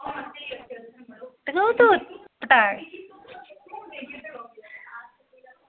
ते तुस पटाये